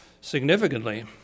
significantly